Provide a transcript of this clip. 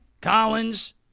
Collins